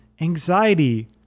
anxiety